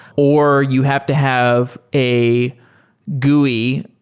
or you have to have a gui,